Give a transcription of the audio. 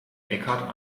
eckhart